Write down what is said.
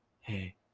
Hey